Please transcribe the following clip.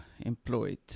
employed